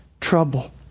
trouble